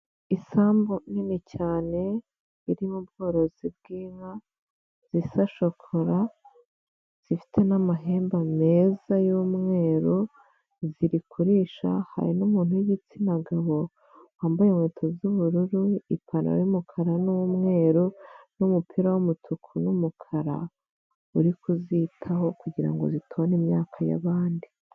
Isambu nini cyane iri mu bworozi bw'inka zisa shokora zifite n'amahembe meza y'mweru ziri kurisha hari n'umuntu wigitsina gabo wambaye inkweto z'ubururu, ipantaro y'umukara n'umweru, n'umupira w'umutuku n'umukara uri kuzitaho kugirango zitona imyaka y'abandi.